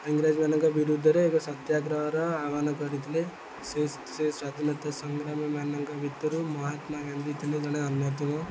ଇଂରେଜମାନଙ୍କ ବିରୁଦ୍ଧରେ ଏକ ସତ୍ୟାଗ୍ରହର ଆହ୍ୱାନ କରିଥିଲେ ସେ ସେ ସ୍ୱାଧୀନତା ସଂଗ୍ରାମୀମାନଙ୍କ ଭିତରୁ ମହାତ୍ମା ଗାନ୍ଧୀ ଥିଲେ ଜଣେ ଅନ୍ୟତମ